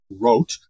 wrote